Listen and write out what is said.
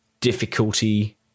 difficulty